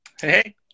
Hey